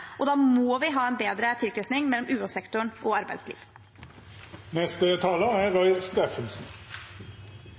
og da må vi ha en bedre tilknytning mellom UH-sektoren og